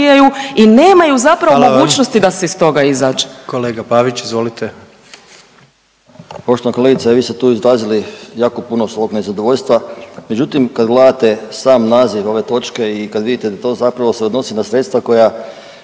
Kolega Pavić izvolite. **Pavić, Željko (Socijaldemokrati)** Poštovana kolegice, vi ste tu izrazili jako puno svog nezadovoljstva, međutim kad gledate sam naziv ove točke i kad vidite da to zapravo se odnosi na sredstva koja